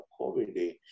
COVID